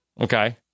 Okay